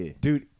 dude